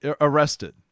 arrested